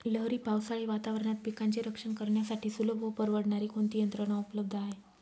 लहरी पावसाळी वातावरणात पिकांचे रक्षण करण्यासाठी सुलभ व परवडणारी कोणती यंत्रणा उपलब्ध आहे?